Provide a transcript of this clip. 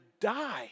die